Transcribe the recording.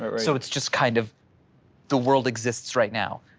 but so it's just kind of the world exists right now.